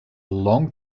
long